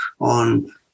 on